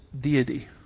deity